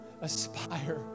aspire